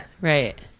Right